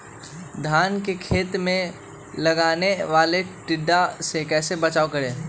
धान के खेत मे लगने वाले टिड्डा से कैसे बचाओ करें?